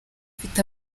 ufite